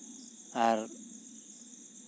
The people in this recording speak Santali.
ᱟᱨ